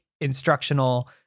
instructional